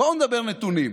בואו נדבר נתונים: